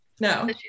No